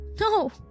no